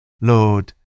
Lord